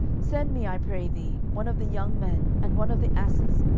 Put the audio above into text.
send me, i pray thee, one of the young men, and one of the asses,